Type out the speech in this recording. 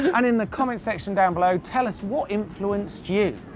and in the comment section down below, tell us what influenced you.